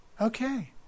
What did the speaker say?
okay